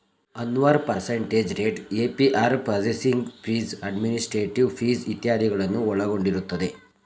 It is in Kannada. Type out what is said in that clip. Anwar percentage rate, APR processing fees, administrative fees ಇತ್ಯಾದಿಗಳನ್ನು ಒಳಗೊಂಡಿರುತ್ತದೆ